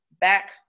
back